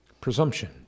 presumption